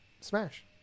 Smash